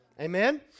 Amen